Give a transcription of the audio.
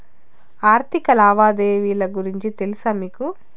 ఆర్థిక లావాదేవీల గురించి తెలుసా మీకు